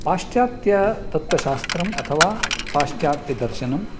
पाश्चात्यतत्त्वशास्त्रम् अथवा पाश्चात्यदर्शनं